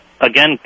again